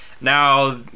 Now